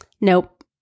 Nope